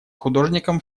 художником